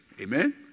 Amen